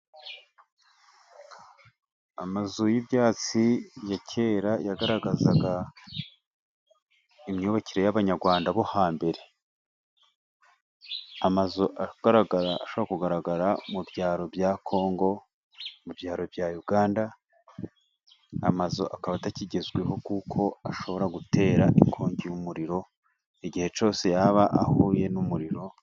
Amazu y'ibyatsi ya kera yagaragazaga imyubakire y'abanyarwanda bo hambere. Amazu agaragara ashobora kugaragara mu byaro bya Congo, mu byaro bya Uganda. Aya mazu akaba atakigezweho kuko ashobora gutera inkongi y'umuriro igihe cyose yaba ahuye n'umuriro.